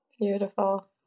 Beautiful